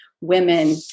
Women